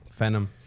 Phenom